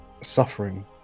suffering